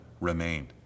remained